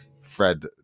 Fred